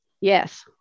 Yes